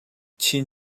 chin